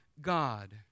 God